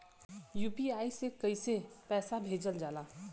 UPI से कइसे पैसा भेजल जाला?